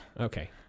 Okay